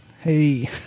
Hey